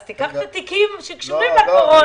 אז תיקח את התיקים שקשורים לקורונה,